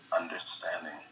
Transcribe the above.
understanding